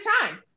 time